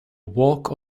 walk